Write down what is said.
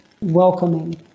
welcoming